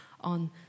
on